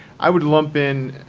i would lump in,